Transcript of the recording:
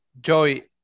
Joey